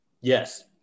Yes